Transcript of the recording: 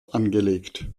angelegt